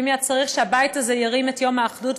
ואם היה צריך שהבית הזה ירים את יום האחדות,